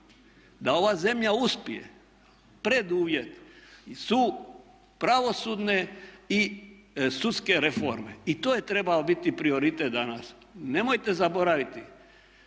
da ova zemlja uspije, preduvjeti su pravosudne i sudske reforme i to je trebao biti prioritet danas. Nemojte zaboraviti,